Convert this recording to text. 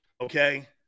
Okay